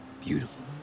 beautiful